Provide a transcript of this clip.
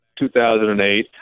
2008